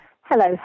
hello